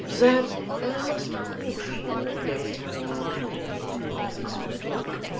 that i must caution you against having too many impulses from the drink,